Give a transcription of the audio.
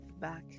back